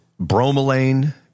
bromelain